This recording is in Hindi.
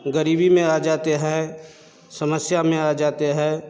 गरीबी मे आ जाते है समस्या मे आ जाते है